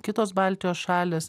kitos baltijos šalys